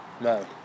No